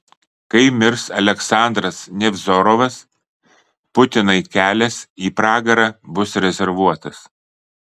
kai mirs aleksandras nevzorovas putinui kelias į pragarą bus rezervuotas